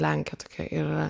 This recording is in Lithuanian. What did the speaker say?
lenkė tokia yra